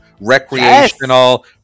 recreational